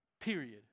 period